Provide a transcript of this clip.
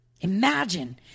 Imagine